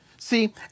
See